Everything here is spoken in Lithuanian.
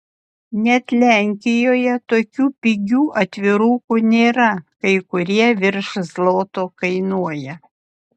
net lenkijoje tokių pigių atvirukų nėra kai kurie virš zloto kainuoja